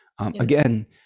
Again